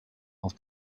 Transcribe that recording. auf